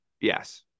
yes